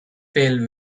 fail